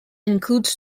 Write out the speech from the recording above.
includes